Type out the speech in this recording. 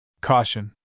Caution